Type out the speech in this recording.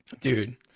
dude